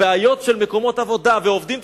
הבעיות של מקומות עבודה ועובדים,